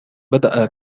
بدأ